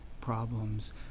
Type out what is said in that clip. problems